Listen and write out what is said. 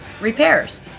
repairs